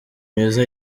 myiza